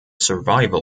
survival